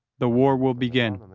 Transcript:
the war will begin.